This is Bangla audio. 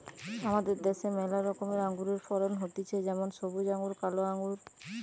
আমাদের দ্যাশে ম্যালা রকমের আঙুরের ফলন হতিছে যেমন সবুজ আঙ্গুর, কালো আঙ্গুর